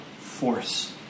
force